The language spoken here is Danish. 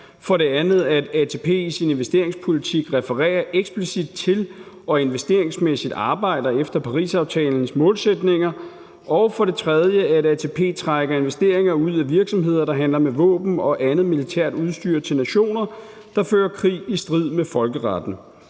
for det andet, at ATP i sin investeringspolitik refererer eksplicit til og investeringsmæssigt arbejder efter Parisaftalens målsætninger, og for det tredje, at ATP trækker investeringer ud af virksomheder, der handler med våben og andet militært udstyr til nationer, der fører krig i strid med folkeretten.